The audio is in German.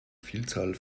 vielzahl